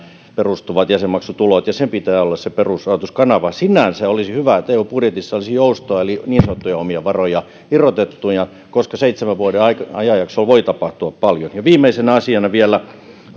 perustuvat jäsenmaksutulot ja sen pitää olla perusrahoituskanava sinänsä olisi hyvä että eu budjetissa olisi joustoa eli niin sanottuja omia varoja irrotettuina koska seitsemän vuoden ajanjaksolla voi tapahtua paljon ja viimeisenä asiana vielä olen